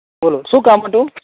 શું કામ હતું